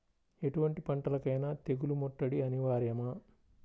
ఎటువంటి పంటలకైన తెగులు ముట్టడి అనివార్యమా?